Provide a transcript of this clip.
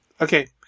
Okay